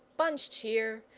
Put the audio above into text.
bunched here,